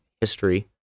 history